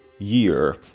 Year